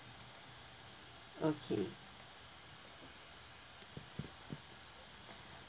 okay